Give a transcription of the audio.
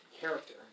Character